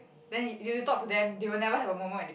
then you you you talk to them they will never have a moment when they